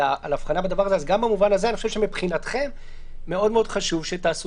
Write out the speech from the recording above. אז גם במובן הזה אני חושב שמבחינתכם חשוב מאוד שתעשו